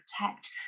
protect